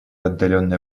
отдаленное